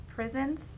Prisons